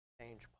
change